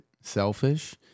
selfish